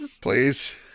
please